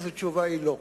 אז התשובה היא לא.